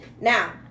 Now